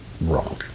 wrong